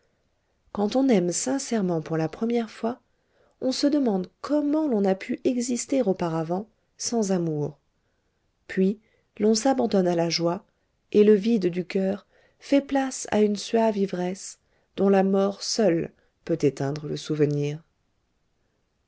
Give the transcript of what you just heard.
quand on aime sincèrement pour la première fois on se demande comment l'on a pu exister auparavant sans amour puis l'on s'abandonne à la joie et le vide du coeur fait place à une suave ivresse dont la mort seule peut éteindre le souvenir